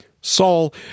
Saul